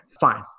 fine